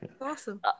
awesome